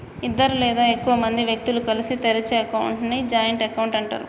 ఇద్దరు లేదా ఎక్కువ మంది వ్యక్తులు కలిసి తెరిచే అకౌంట్ ని జాయింట్ అకౌంట్ అంటరు